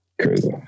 Crazy